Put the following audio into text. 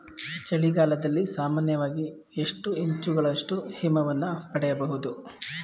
ಚಳಿಗಾಲದಲ್ಲಿ ಸಾಮಾನ್ಯವಾಗಿ ಎಷ್ಟು ಇಂಚುಗಳಷ್ಟು ಹಿಮವನ್ನು ಪಡೆಯಬಹುದು?